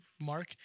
mark